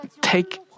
take